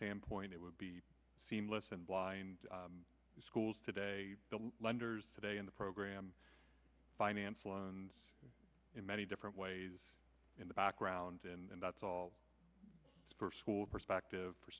standpoint it would be seamless and blind schools today lenders today in the program finance loans in many different ways in the background and that's all for school perspective